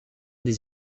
des